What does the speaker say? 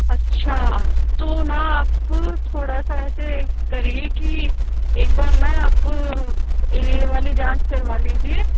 अच्छा तो न आप थोड़ा सा ऐसे करिये की एक बार न आप यह वाली जाँच करवा लीजिये